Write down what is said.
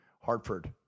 Hartford